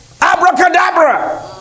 abracadabra